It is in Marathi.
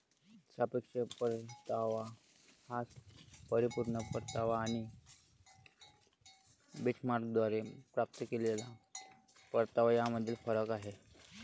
सापेक्ष परतावा हा परिपूर्ण परतावा आणि बेंचमार्कद्वारे प्राप्त केलेला परतावा यामधील फरक आहे